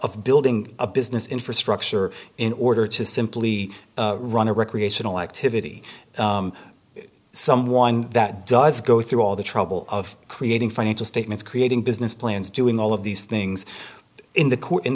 building a business infrastructure in order to simply run a recreational activity someone that does go through all the trouble of creating financial statements creating business plans doing all of these things in the